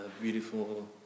beautiful